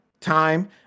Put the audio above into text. time